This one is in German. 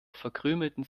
verkrümelten